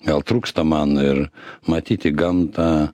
gal trūksta man ir matyti gamtą